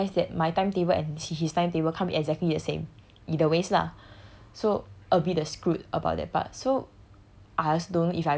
so I also realise that my timetable and his timetable can't be exactly the same in the ways lah so a bit the screwed about that part so